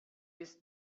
this